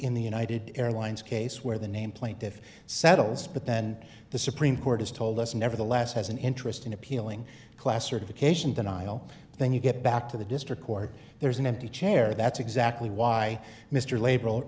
in the united airlines case where the name plaintive settles but then the supreme court has told us nevertheless has an interest in appealing class certification denial then you get back to the district court there's an empty chair that's exactly why mr labor